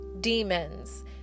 demons